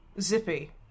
Zippy